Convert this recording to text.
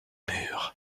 murs